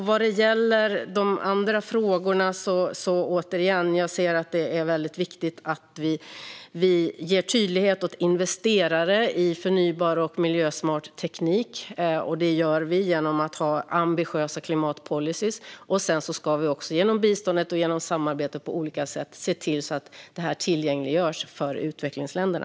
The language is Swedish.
Vad gäller de andra frågorna vill jag återigen säga att det är viktigt att vi ger tydlighet åt dem som investerar i förnybar och miljösmart teknik. Det gör vi genom att ha ambitiösa klimatpolicyer. Sedan ska vi också genom bistånd och samarbete på olika sätt se till att detta tillgängliggörs för utvecklingsländerna.